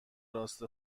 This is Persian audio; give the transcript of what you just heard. راست